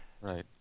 right